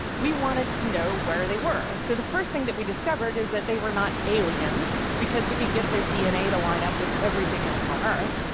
we wanted to know where they were. so the first thing that we discovered is that they were not aliens, because we could get their dna to line up with everything else on earth.